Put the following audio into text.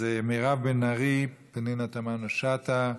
אז מירב בן ארי, פנינה תמנו-שטה,